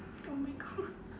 oh my god